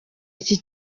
iki